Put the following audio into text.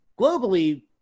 globally